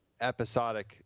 episodic